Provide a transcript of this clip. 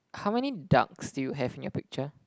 how many ducks do you have in your picture